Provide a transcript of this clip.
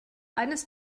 eines